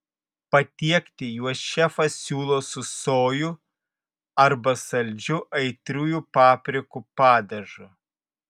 patiekti juos šefas siūlo su sojų arba saldžiu aitriųjų paprikų padažu